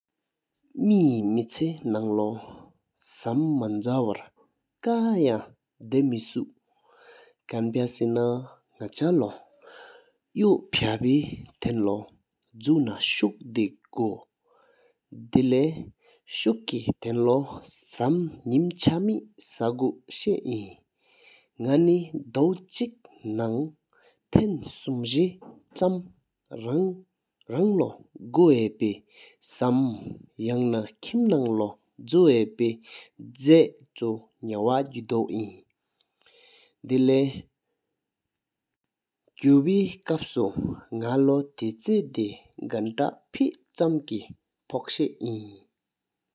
མེ་ཧེ་མེ་ཕྱི་ནང་ལོ་ཤམ་མངན་ཤ་བར་ཀ་བབ་གོས་མེ་སུ། ཁན་ཕ་སེ་ན་ནག་ཆ་ལོ་ཡོད་ཕ་འཕི་ཐེན་ལོ་ཟུ་ནང་ཤུགས་དགོད། དལ་ཉིན་མཁའ་ནང་ཐེན་ལོ་ཟུ་པུན་མ་ཆ་མེ་ཤ་རུ་མ་འདུག་པ་ཨིན། ནག་ནོང་རྒྱལ་ཅི་ནང་ལྷུ་གཟིམ་མ་འཚི་བཞམ་གྱི་ནང་གི་ཀ་ཚུང་འཛིན་དགུ་རུ་འབྲས་ཞལ་ནི་གྱི་ཀར་འཚོལ་གོ་ཨིན། དལ་ལོ་ཟེ་གནས་ཀ་འཕེན་ནང་ལོ་ར་ལའི་འཛིན་ཆུ་གོ་ཨིན།